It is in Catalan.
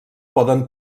poden